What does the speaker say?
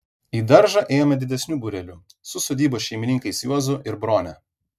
į daržą ėjome didesniu būreliu su sodybos šeimininkais juozu ir brone